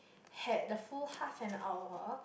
had the full half an hour